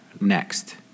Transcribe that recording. next